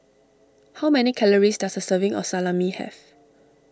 how many calories does a serving of Salami have